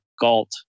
galt